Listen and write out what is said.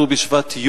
ט"ו בשבט,